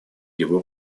его